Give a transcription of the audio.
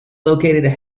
located